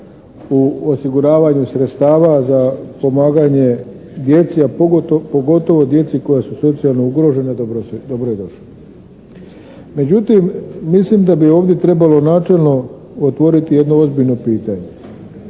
u osiguravanju sredstava za pomaganje djeci, a pogotovo djeci koja su socijalno ugrožena dobro je došao. Međutim, mislim da bi ovdje trebalo načelno otvoriti jedno ozbiljno pitanje.